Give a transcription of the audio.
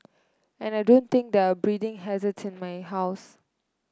and I don't think there are breeding hazarded in my house